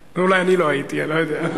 אולי אני לא הייתי, אני לא יודע.